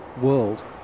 world